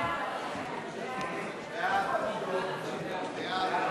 הודעת הממשלה על